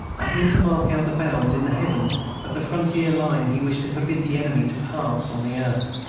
appeared to mark out the bounds in the heavens of the frontier line he wished to forbid the enemy to pass on the earth.